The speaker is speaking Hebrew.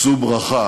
שאו ברכה